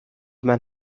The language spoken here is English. man